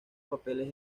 papeles